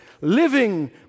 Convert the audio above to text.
living